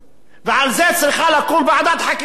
ועל זה צריכה לקום ועדת חקירה.